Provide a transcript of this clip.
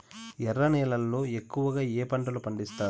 ఎర్ర నేలల్లో ఎక్కువగా ఏ పంటలు పండిస్తారు